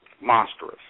Monstrous